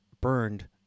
burned